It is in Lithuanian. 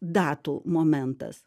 datų momentas